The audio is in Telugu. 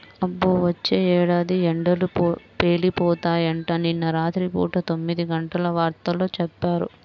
అబ్బో, వచ్చే ఏడాది ఎండలు పేలిపోతాయంట, నిన్న రాత్రి పూట తొమ్మిదిగంటల వార్తల్లో చెప్పారు